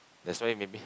that's why maybe